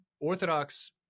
orthodox